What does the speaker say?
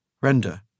Render